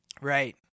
Right